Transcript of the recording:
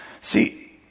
See